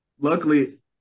Luckily